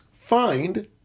find